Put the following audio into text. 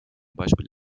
beispiel